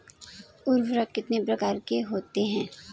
उर्वरक कितने प्रकार के होते हैं?